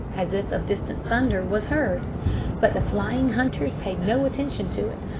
as if of distant thunder, was heard but the flying hunters paid no attention to it,